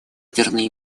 ядерной